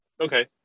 Okay